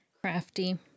crafty